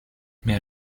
mehr